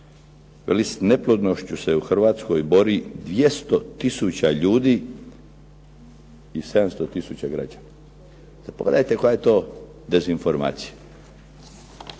"S neplodnošću se u Hrvatskoj bori 200 tisuća ljudi i 700 tisuća građana." Pa pogledajte koja je to dezinformacija.